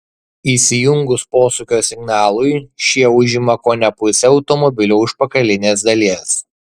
įsijungus posūkio signalui šie užima kone pusę automobilio užpakalinės dalies